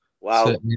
wow